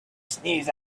sneeze